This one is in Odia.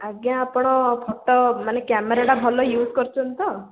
ଆଜ୍ଞା ଆପଣ ଫଟୋ ମାନେ କ୍ୟାମେରାଟା ଭଲ ୟୁଜ୍ କରିଛନ୍ତି ତ